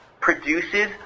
produces